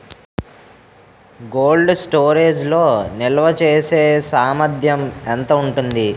Cold storage లో నిల్వచేసేసామర్థ్యం ఎంత ఉంటుంది?